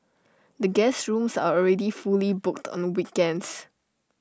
the guest rooms are already fully booked on weekends